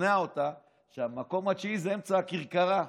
שכנע אותה שהמקום התשיעי זה אמצע הכרכרה,